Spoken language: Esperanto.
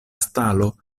stalo